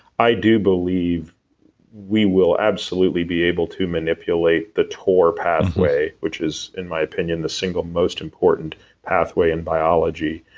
i do believe we will absolutely be able to manipulate the torr pathway which is in my opinion the single most important pathway in biology.